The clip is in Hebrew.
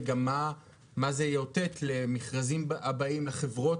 הוא גם מה זה יאותת למכרזים הבאים ולחברות